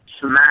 smash